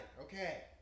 Okay